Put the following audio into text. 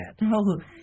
No